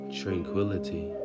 tranquility